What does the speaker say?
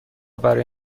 برای